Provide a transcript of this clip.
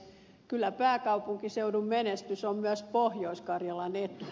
kyllä pääkaupunkiseudun menestys on myös pohjois karjalan etu